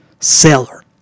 seller